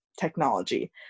technology